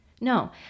no